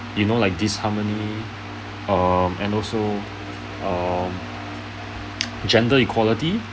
you know like disharmony um and also um gender equality